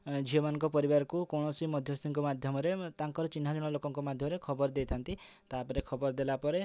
ଝିଅମାନଙ୍କ ପରିବାରକୁ କୌଣସି ମଧ୍ୟସ୍ଥିଙ୍କ ମାଧ୍ୟମରେ ତାଙ୍କର ଚିହ୍ନା ଜଣା ଲୋକଙ୍କ ମାଧ୍ୟମରେ ଖବର ଦେଇଥାଆନ୍ତି ତାପରେ ଖବର ଦେଲା ପରେ